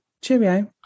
cheerio